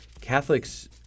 Catholics